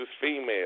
female